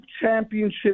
championship